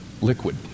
liquid